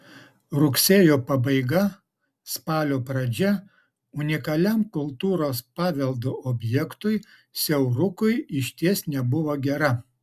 rugsėjo pabaiga spalio pradžia unikaliam kultūros paveldo objektui siaurukui išties nebuvo gera